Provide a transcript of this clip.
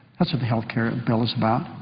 that's what the health care bill is about.